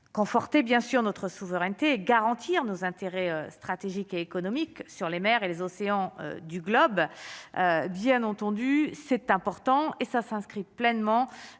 conforter bien sûr notre souveraineté garantir nos intérêts stratégiques et économiques sur les mers et les océans du globe, bien entendu, c'est important et ça s'inscrit pleinement